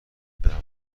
برم